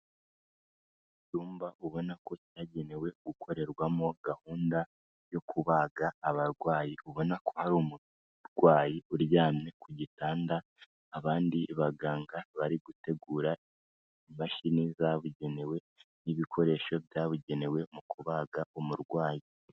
Icyumba ubona ko cyagenewe gukorerwamo gahunda yo kubaga abarwayi. Ubona ko hari umurwayi uryamye ku gitanda, abandi baganga bari gutegura imashini zabugenewe n'ibikoresho byabugenewe mu kubaga umurwayi.